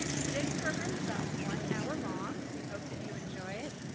today's program is about one hour long. we hope that you enjoy it.